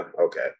Okay